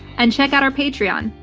and check out our patreon.